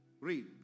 Read